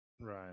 right